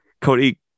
Cody